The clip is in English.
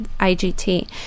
IGT